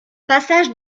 passage